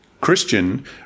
Christian